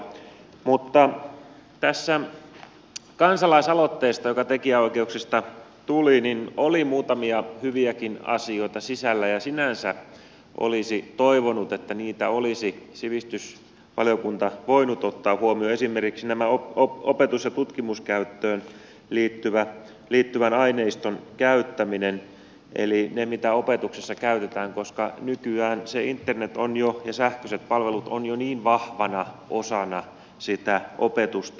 mutta tässä kansalaisaloitteessa joka tekijänoikeuksista tuli oli muutamia hyviäkin asioita sisällä ja sinänsä olisi toivonut että niitä olisi sivistysvaliokunta voinut ottaa huomioon esimerkiksi tämän opetus ja tutkimuskäyttöön liittyvän aineiston käyttämisen eli sen mitä opetuksessa käytetään koska nykyään se internet ja sähköiset palvelut ovat jo niin vahvana osana sitä opetusta